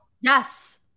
yes